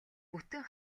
бүтэн